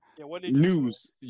News